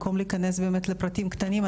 במקום להיכנס לפרטים קטנים,